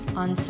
on